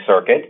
circuit